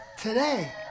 today